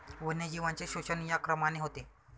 वन्यजीवांचे शोषण या क्रमाने होते